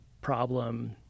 problem